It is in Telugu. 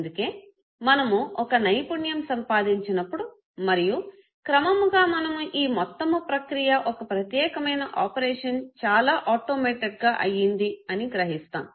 అందుకే మనము ఒక నైపుణ్యం సంపాదించినప్పుడు మరియు క్రమముగా మనము ఈ మొత్తము ప్రక్రియ ఒక ప్రత్యేకమైన ఆపరేషన్ చాలా ఆటోమేటెడ్ గా అయ్యింది అని గ్రహిస్తాము